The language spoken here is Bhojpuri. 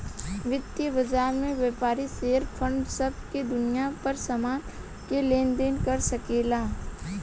वितीय बाजार में व्यापारी शेयर बांड सब के बुनियाद पर सामान के लेन देन कर सकेला